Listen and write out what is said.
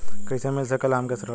कइसे मिल सकेला हमके ऋण?